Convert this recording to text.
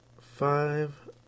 five